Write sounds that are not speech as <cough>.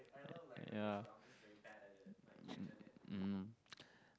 ya mm <noise>